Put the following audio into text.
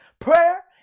Prayer